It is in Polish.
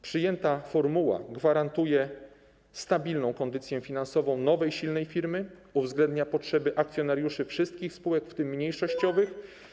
Przyjęta formuła gwarantuje stabilną kondycję finansową nowej, silnej firmy, uwzględnia potrzeby akcjonariuszy wszystkich spółek, w tym mniejszościowych.